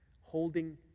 holding